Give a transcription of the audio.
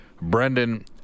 Brendan